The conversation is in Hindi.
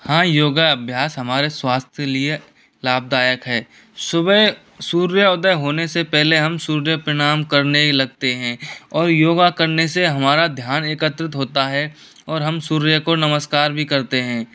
हाँ योगा अभ्यास हमारे स्वास्थ्य लिए लाभदायक है सुबह सूर्य उदय होने से पहले हम सूर्य प्रणाम करने लगते हैं और योगा करने से हमारा ध्यान एकत्रित होता है और हम सूर्य को नमस्कार भी करते हैं